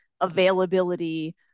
availability